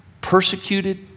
persecuted